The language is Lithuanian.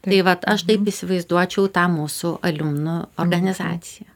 tai vat aš taip įsivaizduočiau tą mūsų aliumnų organizaciją